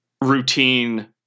routine